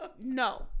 no